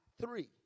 three